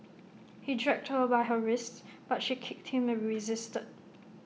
he dragged her by her wrists but she kicked him and resisted